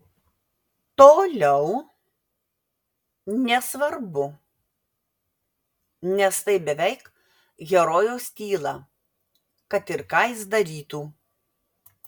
toliau nesvarbu nes tai beveik herojaus tyla kad ir ką jis darytų